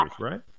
right